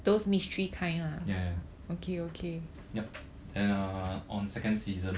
ya ya yup and uh on second season